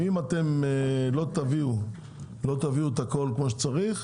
אם אתם לא תביאו את הכל כמו שצריך,